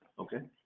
okay.